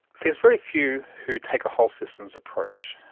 there's very few who take a whole systems approach.